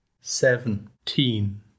seventeen